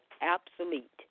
obsolete